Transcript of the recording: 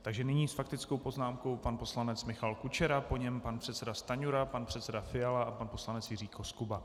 Takže nyní s faktickou poznámkou pan poslanec Michal Kučera, po něm pan předseda Stanjura, pan předseda Fiala a pan poslanec Jiří Koskuba.